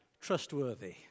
trustworthy